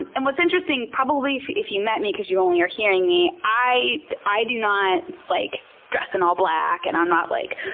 and what's interesting, probably, if you met me, because you only are hearing me, i i do not like dress in all black and i'm not like,